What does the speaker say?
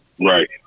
Right